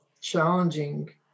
challenging